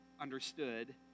understood